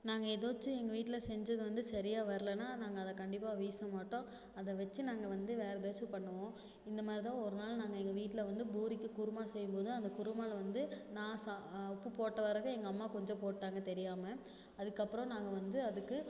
நாங்கள் எதாச்சும் எங்கள் வீட்டில் செஞ்சது வந்து சரியாக வர்லன்னா நாங்கள் அதை கண்டிப்பாக வீச மாட்டோம் அதை வச்சி நாங்கள் வந்து வேறே எதாச்சும் பண்ணுவோம் இந்த மாதிரி தான் ஒரு நாள் நாங்கள் எங்கள் வீட்டில் வந்து பூரிக்கு குருமா செய்யும் போது அந்த குருமாவில் வந்து நான் சா உப்பு போட்ட பிறகு எங்கள் அம்மா கொஞ்சம் போட்டாங்க தெரியாமல் அதுக்கப்புறோம் நாங்கள் வந்து அதுக்கு